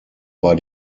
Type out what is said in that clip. bei